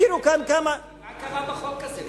העירו כאן כמה, מה קרה בחוק הזה?